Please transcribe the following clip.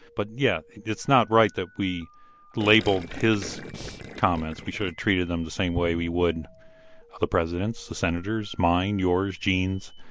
but, yeah, it's not right that we labeled his comments. we should have treated them the same way we would ah the president's, the senator's, mine, yours, gene's,